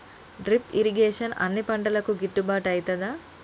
Drip irrigation అన్ని పంటలకు గిట్టుబాటు ఐతదా?